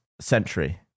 century